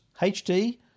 HD